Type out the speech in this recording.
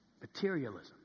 Materialism